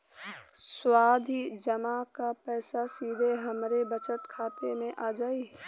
सावधि जमा क पैसा सीधे हमरे बचत खाता मे आ जाई?